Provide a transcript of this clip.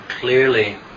clearly